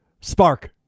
Spark